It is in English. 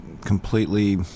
completely